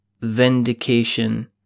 Vindication